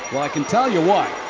i can tell you what,